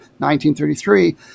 1933